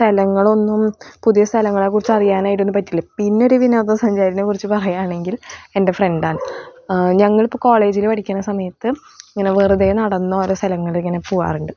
സ്ഥലങ്ങളൊന്നും പുതിയ സ്ഥലങ്ങളെ കുറിച്ച് അറിയാനായിട്ടൊന്നും പറ്റില്ല പിന്നെ ഒരു വിനോദ സഞ്ചാരിനെ കുറിച്ച് പറയാനാണെങ്കിൽ എൻ്റെ ഫ്രണ്ട് ആണ് ഞങ്ങൾ ഇപ്പോൾ കോളേജിൽ പഠിക്കുന്ന സമയത്ത് ഇങ്ങനെ വെറുതെ നടന്ന് ഓരോ സ്ഥലങ്ങളിൽ ഇങ്ങനെ പോകാറുണ്ട്